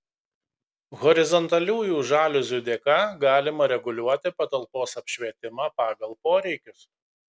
horizontaliųjų žaliuzių dėka galima reguliuoti patalpos apšvietimą pagal poreikius